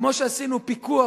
כמו שעשינו פיקוח,